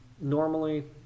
normally